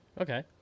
okay